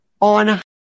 on